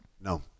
No